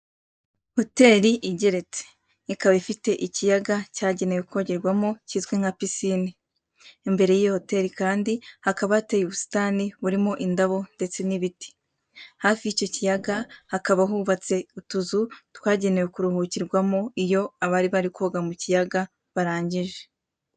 Hoteli igeretse. Ikaba ifite ikiyaga cyagenewe kogerwamo kizwi nka pisine. Imbere y'iyi hoteli kandi hakaba hateye ubusitani burimo indabo ndetse n'ibiti. Hafi y'icyo kiyaga hakaba hubatse utuzu twagenewe kuruhukirwamo iyo abari bari koga mu kiyaga barangije.